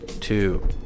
two